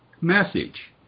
message